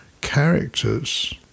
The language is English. characters